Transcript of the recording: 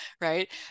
right